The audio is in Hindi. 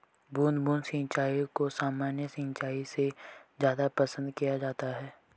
बूंद बूंद सिंचाई को सामान्य सिंचाई से ज़्यादा पसंद किया जाता है